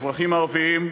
האזרחים הערבים.